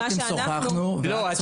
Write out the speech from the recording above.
מיטל, את